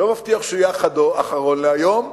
ואני לא מבטיח שהוא יהיה אחרון להיום.